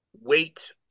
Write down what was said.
wait